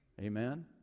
Amen